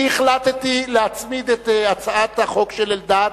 אני החלטתי להצמיד את הצעת החוק של אלדד,